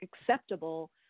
acceptable